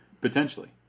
potentially